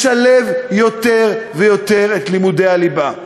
לשלב יותר ויותר את לימודי הליבה.